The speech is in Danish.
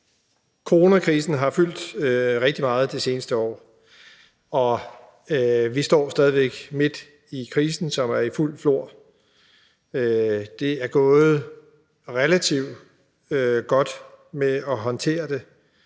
Coronakrisen har fyldt rigtig meget det seneste år, og vi står stadig væk midt i krisen, som er i fuldt flor. Det er gået relativt godt med at håndtere det,